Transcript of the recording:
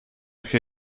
che